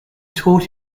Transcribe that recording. taught